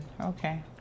Okay